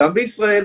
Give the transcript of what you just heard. גם בישראל,